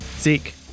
Zeke